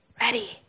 ready